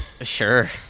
Sure